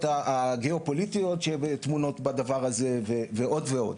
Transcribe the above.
הגיאופוליטיות שטמונות בדבר הזה ועוד ועוד.